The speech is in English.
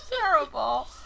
terrible